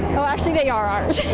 oh actually they are ours.